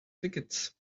tickets